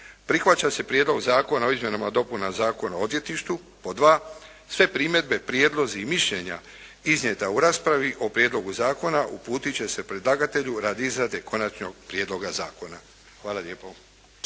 Prihvaća se Prijedlog zakona o izmjenama i dopunama Zakona o odvjetništvu. Pod 2: Sve primjedbe, prijedlozi i mišljenja iznijeta u raspravi o prijedlogu zakona uputit će se predlagatelju radi izrade konačnog prijedloga zakona. Hvala lijepo.